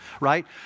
right